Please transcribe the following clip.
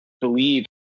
believe